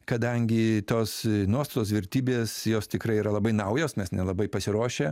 kadangi tos nuostatos vertybės jos tikrai yra labai naujos nes nelabai pasiruošę